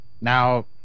Now